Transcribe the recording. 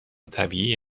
طبیعی